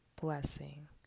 blessing